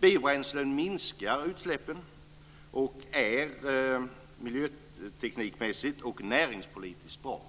Biobränslen minskar utsläppen och är miljöteknikmässigt och näringspolitiskt bra.